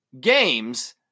Games